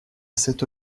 cette